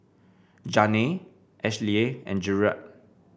Janay Ashlea and Jerrad